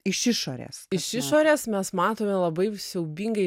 iš išorės iš išorės mes matome labai siaubingai